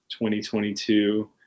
2022